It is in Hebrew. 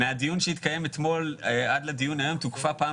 שמהדיון שהתקיים אתמול עד הדיון היום תוקפה פעם